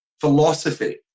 philosophy